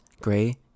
gray